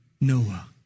noah